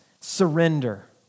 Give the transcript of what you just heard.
Surrender